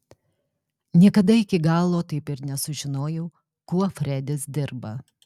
niekada iki galo taip ir nesužinojau kuo fredis dirba